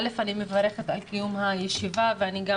קודם כל אני מברכת על קיום הישיבה ואני גם